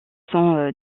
sont